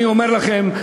אני אומר לכם,